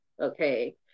Okay